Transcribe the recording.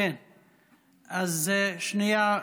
אז שנייה,